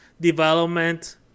development